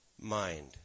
mind